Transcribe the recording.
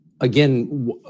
Again